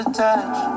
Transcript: touch